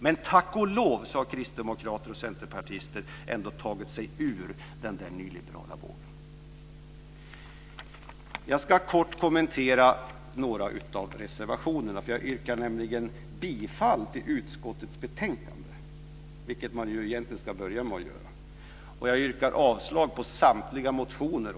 Men tack och lov har kristdemokrater och centerpartister ändå tagit sig ur den där nyliberala vågen. Jag ska kort kommentera några av reservationerna. Jag yrkar nämligen bifall till utskottets förslag i betänkandet, vilket man ju egentligen ska börja med att göra, och yrkar avslag på samtliga motioner.